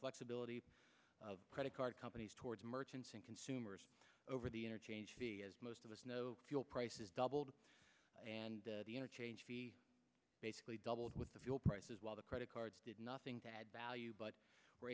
flexibility of credit card companies towards merchants and consumers over the interchange as most of us know fuel prices doubled and the interchange basically doubled with the fuel prices while the credit cards did nothing to add value but were